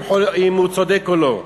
גם אם הוא צודק וגם אם לא,